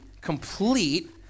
complete